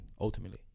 ultimately